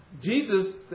Jesus